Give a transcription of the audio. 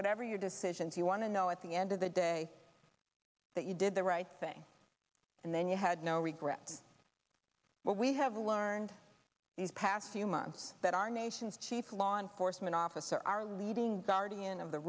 whatever your decisions you want to know at the end of the day that you did the right thing and then you had no regret but we have learned these past few months that our nation's chief law enforcement officer are leading guardian of the